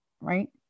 Right